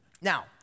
Now